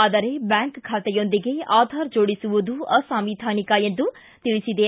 ಆದರೆ ಬ್ಯಾಂಕ್ ಬಾತೆಯೊಂದಿಗೆ ಆಧಾರ್ ಜೋಡಿಸುವುದು ಅಸಂವಿಧಾನಿಕ ಎಂದು ತಿಳಿಸಿದೆ